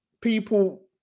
people